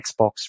Xbox